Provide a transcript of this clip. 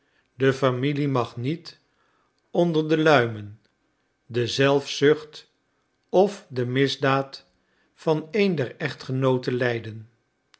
de familie mag niet onder de luimen de zelfzucht of de misdaad van een der echtgenooten lijden